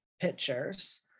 pictures